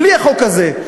בלי החוק הזה,